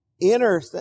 inner